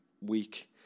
week